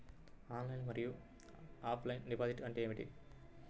Online మరియు offline deposit అంటే ఏమిటి?